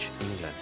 England